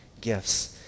gifts